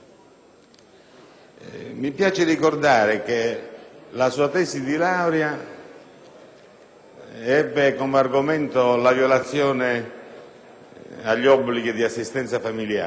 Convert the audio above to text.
Mi piace ricordare che la sua tesi di laurea ebbe come argomento la violazione agli obblighi di assistenza familiare;